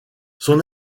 son